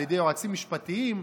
על ידי יועצים משפטיים,